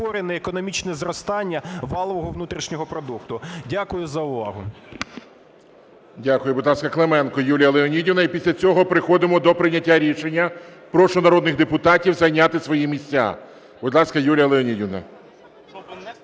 економічне зростання валового внутрішнього продукту. Дякую за увагу. ГОЛОВУЮЧИЙ. Дякую. Будь ласка, Клименко Юлія Леонідівна, і після цього переходимо до прийняття рішення. Прошу народних депутатів зайняти свої місця. Будь ласка, Юлія Леонідівна.